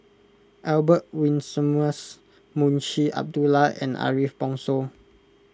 Albert Winsemius Munshi Abdullah and Ariff Bongso